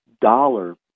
dollar